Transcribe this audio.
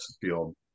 field